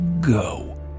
Go